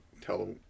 tell